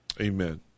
Amen